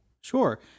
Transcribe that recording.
Sure